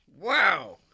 Wow